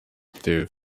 through